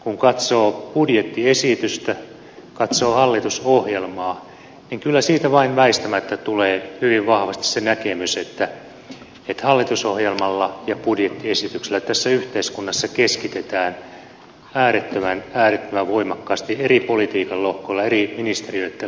kun katsoo budjettiesitystä katsoo hallitusohjelmaa niin kyllä siitä vain väistämättä tulee hyvin vahvasti se näkemys että hallitusohjelmalla ja budjettiesityksellä tässä yhteiskunnassa keskitetään äärettömän äärettömän voimakkaasti eri politiikan lohkoilla eri ministeriöitten lohkoilla